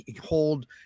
hold